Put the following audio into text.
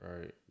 right